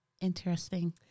Interesting